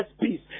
peace